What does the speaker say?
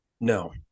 No